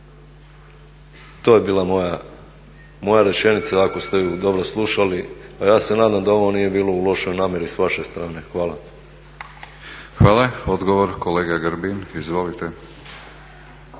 To je bila moja rečenica ako ste je dobro slušali. A ja se nadam da ovo nije bilo u lošoj namjeri s vaše strane. Hvala. **Batinić, Milorad (HNS)** Hvala. Odgovor, kolega Grbin. Izvolite.